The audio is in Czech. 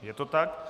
Je to tak.